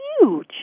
huge